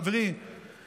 קריאה ראשונה?